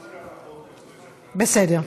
בסדר.